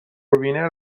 وینر